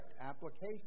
application